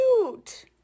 cute